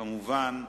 כמובן,